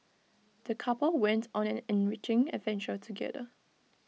the couple went on an enriching adventure together